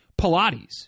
Pilates